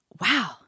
wow